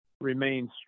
Remains